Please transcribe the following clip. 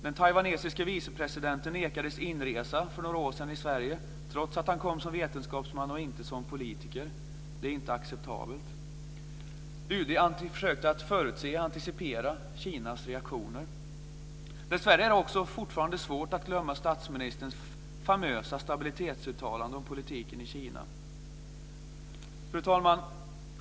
Den taiwanesiske vicepresidenten nekades inresa i Sverige för några år sedan trots att han kom som vetenskapsman och inte som politiker. Det är inte acceptabelt. UD försökte att förutse, antecipera, Kinas reaktioner. Dessvärre är det fortfarande svårt att glömma statsministerns famösa uttalande om stabiliteten i politiken i Kina. Fru talman!